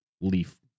leaf